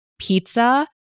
pizza